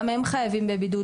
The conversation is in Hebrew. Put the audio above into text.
גם הם חייבים בבידוד,